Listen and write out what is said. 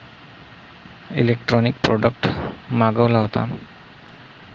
electronic product मागवला होता